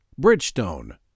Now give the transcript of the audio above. Bridgestone